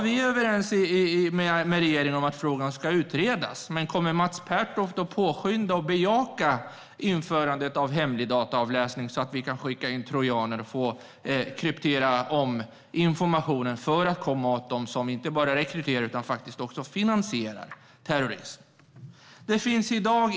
Vi är överens med regeringen om att frågan ska utredas, men kommer Mats Pertoft att påskynda och bejaka införandet av hemlig dataavläsning så att vi kan skicka in trojaner och kryptera om informationen för att komma åt dem som rekryterar och finansierar terrorister?